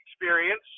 experience